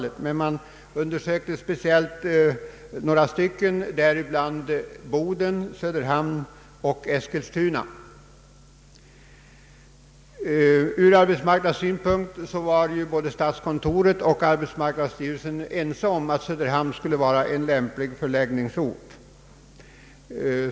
En närmare undersökning gjordes beträffande några bland dem, däribland Boden, Söderhamn och Eskilstuna. Både statskontoret och arbetsmarknadsstyrelsen var ense om att Söderhamn ur arbetsmarknadssynpunkt skulle vara en lämplig förläggningsort.